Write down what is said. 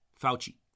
Fauci